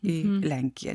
į lenkiją